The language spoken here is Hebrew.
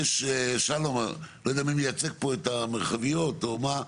לא יודע מי מייצג פה את המרחביות או מה,